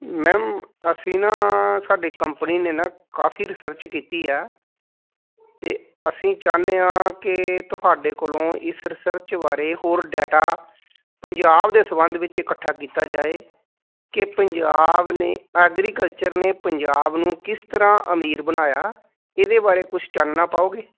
ma'am ਅਸੀਂ ਨਾ ਸਾਡੀ ਕੰਪਨੀ ਨੇ ਨਾ ਕਾਫੀ ਰਿਸਰਚ ਕੀਤੀ ਆ ਅਤੇ ਅਸੀਂ ਚਾਹੁੰਦੇ ਹਾਂ ਕਿ ਤੁਹਾਡੇ ਕੋਲੋਂ ਇਸ ਰਿਸਰਚ ਬਾਰੇ ਹੋਰ ਡਾਟਾ ਪੰਜਾਬ ਦੇ ਸੰਬੰਧ ਵਿੱਚ ਇਕੱਠਾ ਕੀਤਾ ਜਾਵੇ ਕਿ ਪੰਜਾਬ ਨੇ ਐਗਰੀਕਲਚਰ ਨੇ ਪੰਜਾਬ ਨੂੰ ਕਿਸ ਤਰ੍ਹਾਂ ਅਮੀਰ ਬਣਾਇਆ ਇਹਦੇ ਬਾਰੇ ਕੁਛ ਚਾਨਣਾ ਪਾਓਗੇ